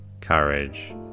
courage